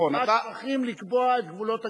ואז צריכים לקבוע את גבולות הגזרה.